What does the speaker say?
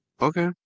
okay